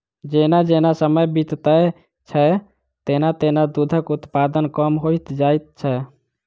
जेना जेना समय बीतैत छै, तेना तेना दूधक उत्पादन कम होइत जाइत छै